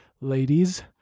Ladies